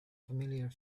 familiar